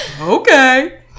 okay